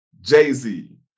Jay-Z